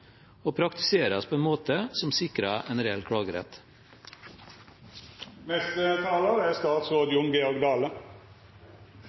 og praktiseres på en måte som sikrer en reell klagerett. Eg meiner det er